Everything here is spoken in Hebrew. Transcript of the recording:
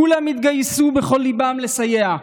כולם התגייסו בכל ליבם לסייע.